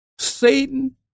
Satan